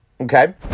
Okay